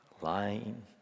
lying